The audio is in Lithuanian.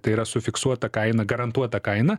tai yra su fiksuota kaina garantuota kaina